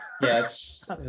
yes